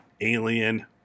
Alien